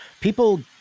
people